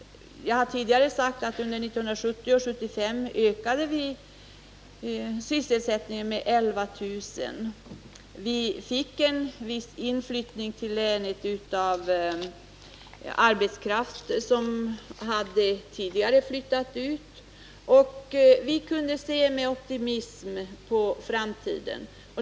Jag har tidigare sagt att vi under 1970-1975 ökade sysselsättningen med 11 000 jobb, att vi fick en viss inflyttning till länet av arbetskraft som tidigare hade flyttat ut därifrån och att vi kunde se med optimism på framtiden.